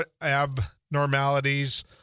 abnormalities